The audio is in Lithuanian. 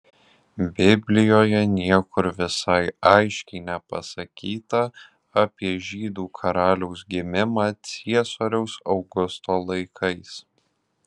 biblijoje niekur visai aiškiai nepasakyta apie žydų karaliaus gimimą ciesoriaus augusto laikais